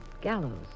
gallows